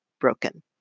broken